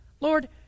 Lord